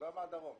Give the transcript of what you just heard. בבקשה.